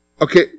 okay